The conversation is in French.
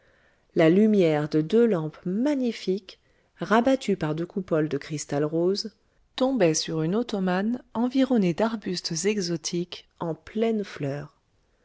la lumière de deux lampes magnifiques rabattue par deux coupoles de cristal rosé tombait sur une ottomane environnée d'arbustes exotiques en pleine fleur